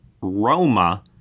Roma